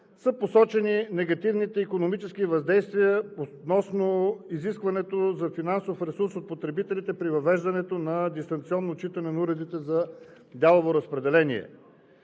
са посочени негативните икономически въздействия относно изискването за финансов ресурс от потребителите при въвеждането на дистанционно отчитане на уредите за дялово разпределение.